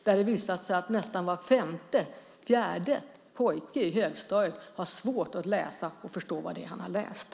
Det har visat sig att nästan var femte pojke i högstadiet har svårt att läsa och förstå vad det är han har läst.